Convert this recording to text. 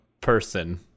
person